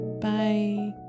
Bye